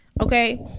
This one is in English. Okay